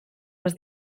les